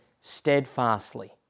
steadfastly